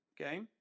Okay